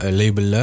label